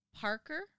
Parker